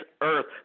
earth